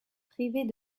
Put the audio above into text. privés